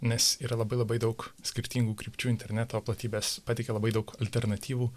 nes yra labai labai daug skirtingų krypčių interneto platybės pateikia labai daug alternatyvų